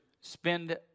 spend